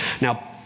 Now